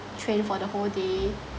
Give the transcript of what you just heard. train for the whole day